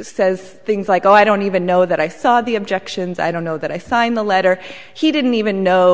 says things like oh i don't even know that i saw the objections i don't know that i signed the letter he didn't even know